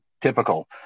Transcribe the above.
typical